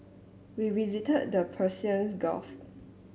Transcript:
we visited the Persians Gulf